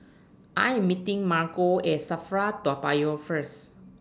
I Am meeting Margo At SAFRA Toa Payoh First